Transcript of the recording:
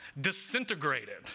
disintegrated